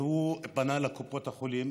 והוא פנה לקופות החולים,